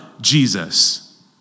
Jesus